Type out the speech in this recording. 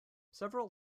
several